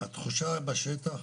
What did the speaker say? - התחושה בשטח,